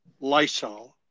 Lysol